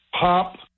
pop